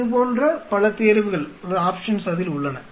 இதுபோன்ற பல தேர்வுகள் அதில் உள்ளன